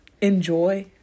enjoy